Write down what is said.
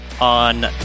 on